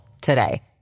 today